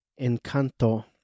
Encanto